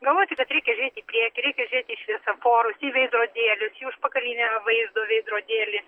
galvoti kad reikia žiūrėti į priekį reikia žiūrėti į šviesoforus į veidrodėlius į užpakalinę vaizdo veidrodėlį